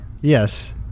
Yes